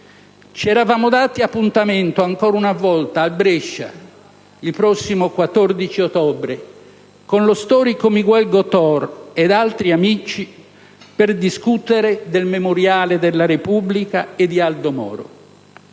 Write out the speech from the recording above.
Ci eravamo dati appuntamento ancora una volta, a Brescia, il prossimo 14 ottobre, con lo storico Miguel Gotor ed altri amici per discutere de «Il memoriale della Repubblica» e di Aldo Moro.